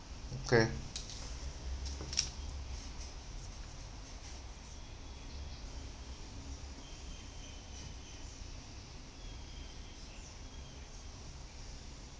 okay